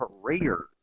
career